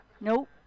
Nope